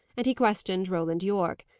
and he questioned roland yorke.